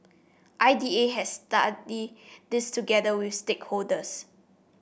I D A has studied this together with stakeholders